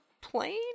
plane